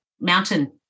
mountain